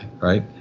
right